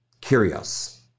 curious